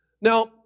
Now